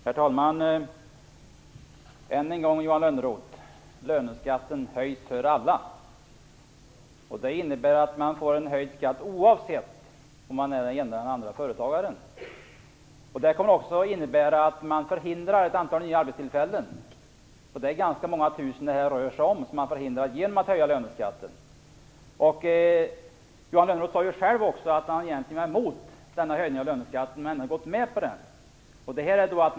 Herr talman! Än en gång, Johan Lönnroth: Löneskatten höjs för alla. Det innebär att man får en höjd skatt oavsett om man är den ena eller andra företagaren. Genom att höja löneskatten förhindrar man också ett antal nya arbetstillfällen, och det rör sig om ganska många tusen. Johan Lönnroth sade att han själv egentligen är emot denna höjning av löneskatten, men att han ändå hade gått med på detta.